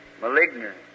malignant